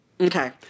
Okay